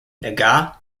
nenagh